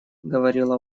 говорила